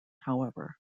however